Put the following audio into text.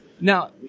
Now